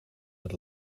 het